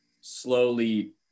slowly